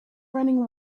running